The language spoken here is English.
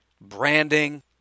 Branding